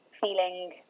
feeling